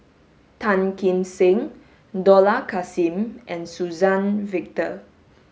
Tan Kim Seng Dollah Kassim and Suzann Victor